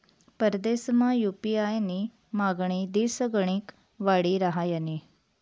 परदेसमा यु.पी.आय नी मागणी दिसगणिक वाडी रहायनी